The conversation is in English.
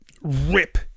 rip